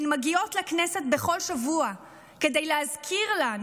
הן מגיעות לכנסת בכל שבוע כדי להזכיר לנו,